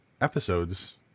episodes